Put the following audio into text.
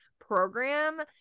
program